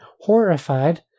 Horrified